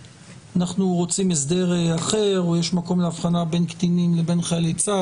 אנחנו רוצים הסדר אחר או יש מקום להבחנה בין קטינים לבין חיילים צה"ל?